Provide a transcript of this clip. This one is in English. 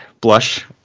blush